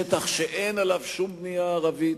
שטח שאין עליו שום בנייה ערבית,